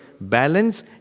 balance